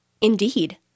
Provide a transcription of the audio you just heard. Indeed